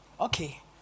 okay